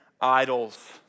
idols